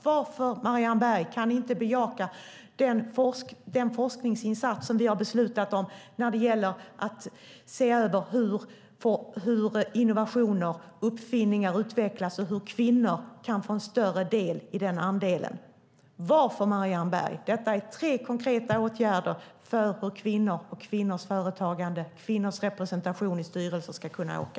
Varför kan ni inte bejaka den forskningsinsats som vi har beslutat om och som handlar om att man ska se över hur innovationer, uppfinningar, utvecklas och hur kvinnor kan få en större del av detta? Varför, Marianne Berg? Detta är tre konkreta åtgärder för hur kvinnors företagande och kvinnors representation i styrelser ska kunna öka.